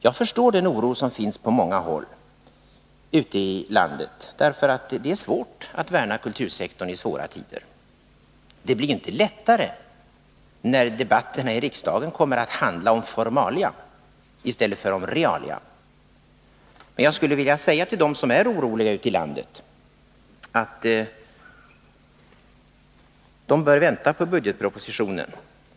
Jag förstår den oro som finns på många håll ute i landet, ty det är svårt att värna om kultursektorn i hårda tider. Det blir inte lättare när debatterna i riksdagen kommer att handla om formalia i stället för om realia. Men jag vill säga till dem som är oroliga, att de bör vänta på budgetpropositionen.